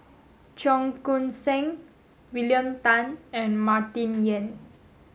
Cheong Koon Seng William Tan and Martin Yan